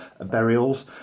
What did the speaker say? burials